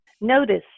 Notice